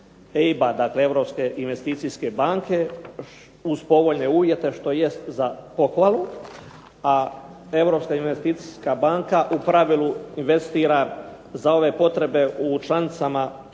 EIB-a, dakle Europske investicijske banke uz povoljne uvjete što jest za pohvalu, a Europska investicijska banka u pravilu investira za ove potrebe u članicama